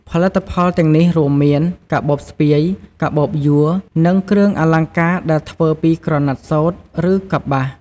ផលិតផលទាំងនេះរួមមានកាបូបស្ពាយ កាបូបយួរ និងគ្រឿងអលង្ការដែលធ្វើពីក្រណាត់សូត្រ ឬកប្បាស។